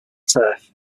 turf